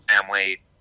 family